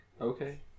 Okay